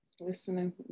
listening